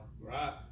Right